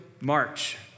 March